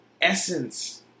essence